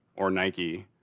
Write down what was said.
or nike,